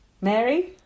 Mary